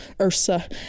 Ursa